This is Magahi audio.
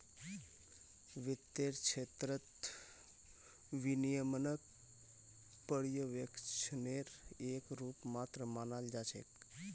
वित्तेर क्षेत्रत विनियमनक पर्यवेक्षनेर एक रूप मात्र मानाल जा छेक